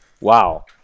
Wow